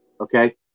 Okay